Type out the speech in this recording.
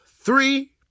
three